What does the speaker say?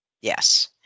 Yes